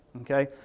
Okay